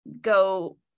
go